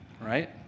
Right